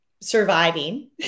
surviving